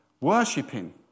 worshipping